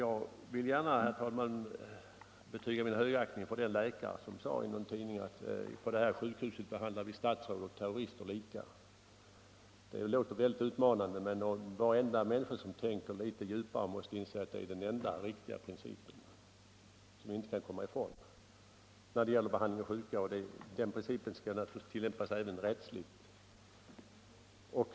Jag vill gärna, herr talman, betyga min högaktning för den läkare som i en tidningsintervju sade: ”På det här sjukhuset behandlar vi statsråd och terrorister lika.” Det låter mycket utmanande, men varje människa som tänker djupare måste inse att det är den enda riktiga principen när det gäller behandlingen av sjuka. Den principen skall naturligtvis tilllämpas även rättsligt.